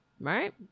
right